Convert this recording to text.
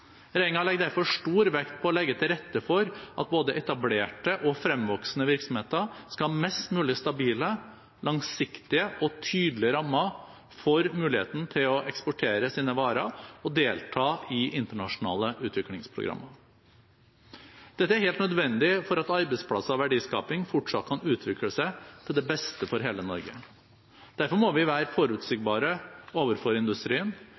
legger derfor stor vekt på å legge til rette for at både etablerte og fremvoksende virksomheter skal ha mest mulig stabile, langsiktige og tydelige rammer for muligheten til å eksportere sine varer og delta i internasjonale utviklingsprogrammer. Dette er helt nødvendig for at arbeidsplasser og verdiskaping fortsatt kan utvikle seg til det beste for hele Norge. Derfor må vi være forutsigbare overfor industrien